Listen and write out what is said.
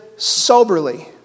soberly